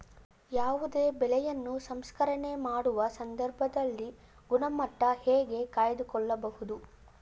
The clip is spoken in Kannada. ಯಾವುದೇ ಬೆಳೆಯನ್ನು ಸಂಸ್ಕರಣೆ ಮಾಡುವ ಸಂದರ್ಭದಲ್ಲಿ ಗುಣಮಟ್ಟ ಹೇಗೆ ಕಾಯ್ದು ಕೊಳ್ಳಬಹುದು?